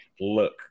look